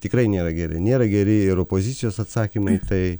tikrai nėra geri nėra geri ir opozicijos atsakymai tai